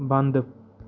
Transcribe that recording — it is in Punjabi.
ਬੰਦ